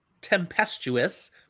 tempestuous